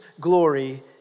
glory